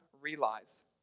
realize